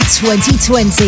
2020